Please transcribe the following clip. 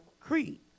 creed